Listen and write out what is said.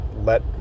let